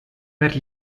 per